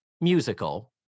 musical